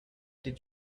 did